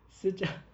sejak